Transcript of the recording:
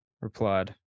Replied